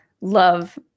love